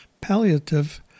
palliative